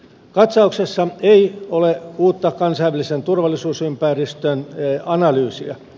katsauksessa ei ole uutta kansainvälisen turvallisuusympäristön analyysia